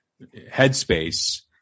headspace